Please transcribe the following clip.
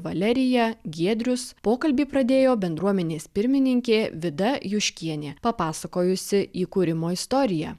valerija giedrius pokalbį pradėjo bendruomenės pirmininkė vida juškienė papasakojusi įkūrimo istoriją